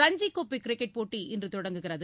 ரஞ்சிக் கோப்பை கிரிக்கெட் போட்டி இன்று தொடங்குகிறது